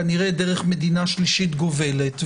כנראה דרך מדינה שלישית גובלת,